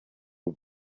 boy